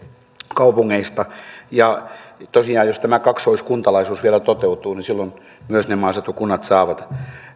kaupungeista ja jos tosiaan tämä kaksoiskuntalaisuus vielä toteutuu niin silloin myös ne maaseutukunnat saavat